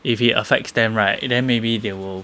if it affects them right then maybe they will